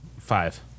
Five